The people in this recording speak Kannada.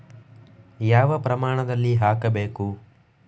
ಯಾವ ಪ್ರಮಾಣದಲ್ಲಿ ಹಾಕಬೇಕು?